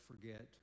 forget